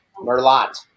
Merlot